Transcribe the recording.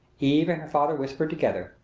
eve and her father whispered together.